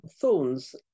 thorns